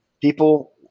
people